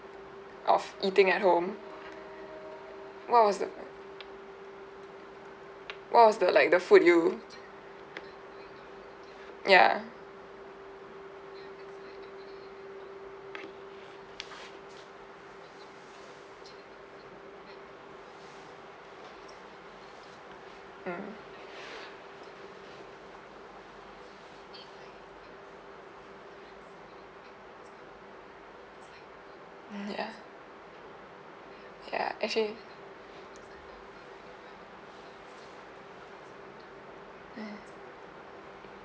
of eating at home what was the what was the like the food you ya mm mmhmm ya ya actually mmhmm